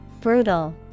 Brutal